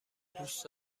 دوست